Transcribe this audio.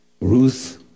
Ruth